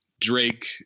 Drake